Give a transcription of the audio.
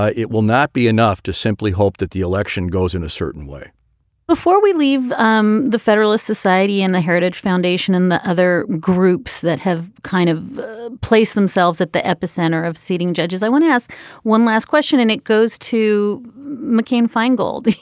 ah it will not be enough to simply hope that the election goes in a certain way before we leave um the federalist society and the heritage foundation and the other groups that have kind of place themselves at the epicenter of seating judges. i want to ask one last question. and it goes to mccain-feingold,